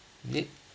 need